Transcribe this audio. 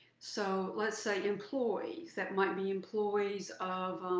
so let's say employees, that might be employees of